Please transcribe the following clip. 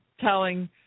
telling